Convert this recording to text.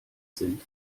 sind